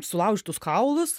sulaužytus kaulus